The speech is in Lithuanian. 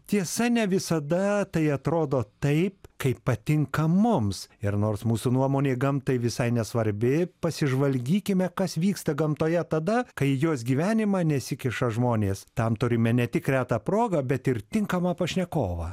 tiesa ne visada tai atrodo taip kaip patinka mums ir nors mūsų nuomonė gamtai visai nesvarbi pasižvalgykime kas vyksta gamtoje tada kai į jos gyvenimą nesikiša žmonės tam turime ne tik retą progą bet ir tinkamą pašnekovą